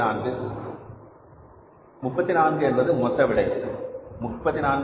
34 என்பது மொத்த விடை 34